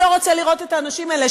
אני לא רוצה לראות את האנשים האלה,